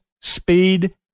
speed